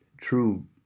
true